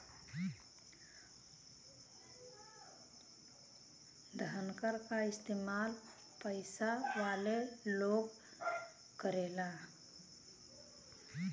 धनकर क इस्तेमाल पइसा वाले लोग करेलन